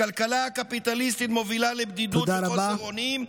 הכלכלה הקפיטליסטית מובילה לבדידות וחוסר אונים,